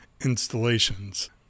installations